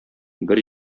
бер